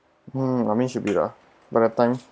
mm I mean should be lah by that time